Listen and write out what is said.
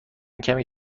کمی